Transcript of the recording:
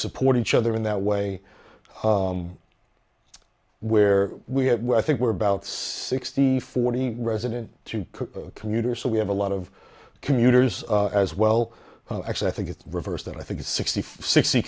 support each other in that way where we have i think we're about sixty forty resident two commuter so we have a lot of commuters as well actually i think it's reversed that i think it's sixty sixty